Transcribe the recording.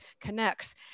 connects